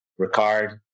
Ricard